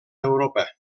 europa